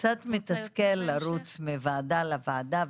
קצת מסתכל לרוץ מוועדה לוועדה,